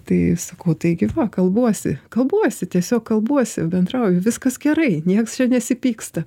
tai sakau taigi va kalbuosi kalbuosi tiesiog kalbuosi bendrauju viskas gerai nieks čia nesipyksta